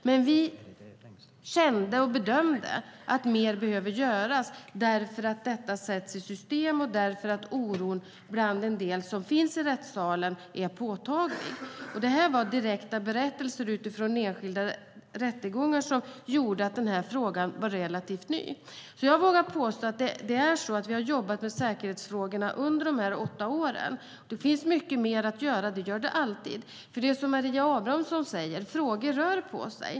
Men vi kände och bedömde att mer behöver göras eftersom detta sätts i system och oron bland en del som finns i rättssalen är påtaglig. Det var direkta berättelser från enskilda rättegångar som gjorde att den här frågan var relativt ny. Jag vågar påstå att vi har jobbat med säkerhetsfrågorna under de här åtta åren. Men det finns mycket mer att göra. Det gör det alltid, för det är som Maria Abrahamsson säger: Frågor rör på sig.